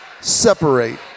separate